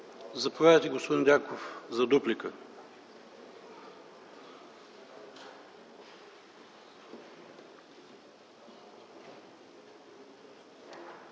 Заповядайте, господин Дянков, за дуплика.